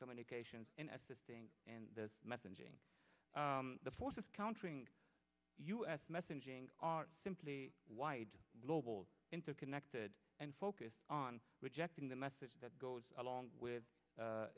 communication in assisting and messaging the forces countering u s messaging are simply wide global interconnected and focused on rejecting the message that goes along with u